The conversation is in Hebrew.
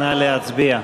נא להצביע.